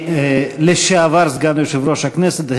לשעבר סגן יושב-ראש הכנסת,